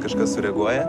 kažkas sureaguoja